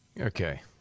Okay